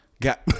got